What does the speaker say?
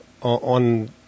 on